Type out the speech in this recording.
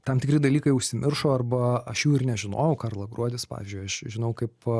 tam tikri dalykai užsimiršo arba aš jų ir nežinojau karla gruodis pavyzdžiui aš žinau kaip